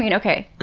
you know okay,